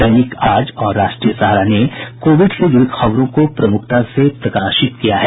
दैनिक आज और राष्ट्रीय सहारा ने कोविड से जुड़ी खबरों को प्रमुखता से प्रकाशित किया है